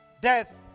Death